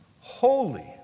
holy